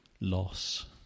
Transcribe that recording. loss